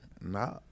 Nah